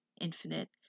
infinite